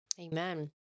Amen